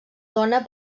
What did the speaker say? dona